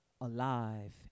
alive